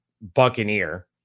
Buccaneer